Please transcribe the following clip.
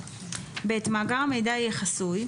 (ב) מאגר המידע יהיה חסוי,